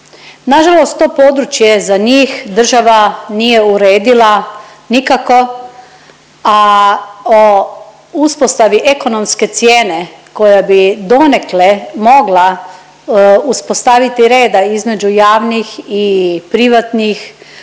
Nažalost to područje za njih država nije uredila nikako, a o uspostavi ekonomske cijene koja bi donekle mogla uspostaviti reda između javnih i privatnih